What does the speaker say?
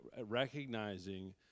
recognizing